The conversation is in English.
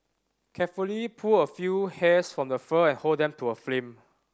carefully pull a few hairs from the fur and hold them to a flame